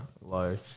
low